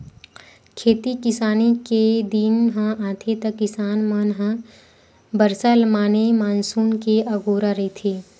खेती किसानी के दिन ह आथे त किसान मन ल बरसा माने मानसून के अगोरा रहिथे